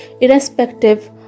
irrespective